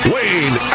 Wayne